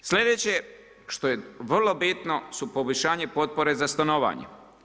Sljedeće, što je vrlo bitno su poboljšanje potpore za stanovanje.